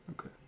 Okay